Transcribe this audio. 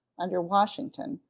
under washington,